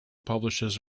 publishes